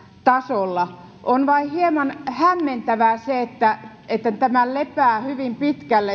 tasolla on vain hieman hämmentävää se että esimerkiksi vapaarahoitteinen vuokra asuntotuotanto lepää hyvin pitkälle